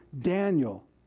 Daniel